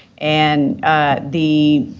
and the